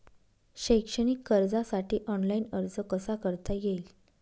शैक्षणिक कर्जासाठी ऑनलाईन अर्ज कसा करता येईल?